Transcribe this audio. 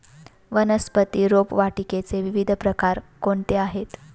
वनस्पती रोपवाटिकेचे विविध प्रकार कोणते आहेत?